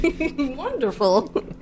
wonderful